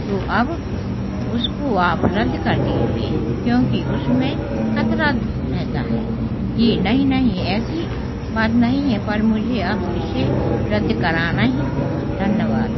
तो अब उसको आप रद्द कर दीजिए क्योंकि उसमें खतरा रहता है जी नहीं नहीं ऐसी बात नहीं है पर मुझे अब इसे रद्द कराना ही होगा धन्यवाद